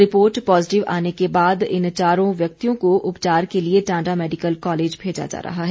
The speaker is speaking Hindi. रिपोर्ट पॉजेटिव आने के बाद इन चारों व्यक्तियों को उपचार के लिए टांडा मेडिकल कॉलेज भेजा जा रहा है